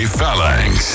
Phalanx